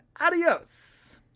adios